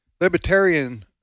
libertarian